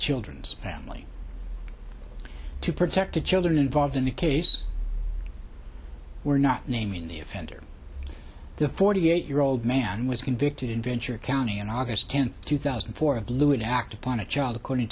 children's family to protect the children involved in the case we're not naming the offender the forty eight year old man was convicted in ventura county on august tenth two thousand and four of lewd act upon a child according